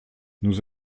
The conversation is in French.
nous